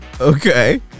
Okay